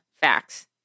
facts